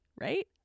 right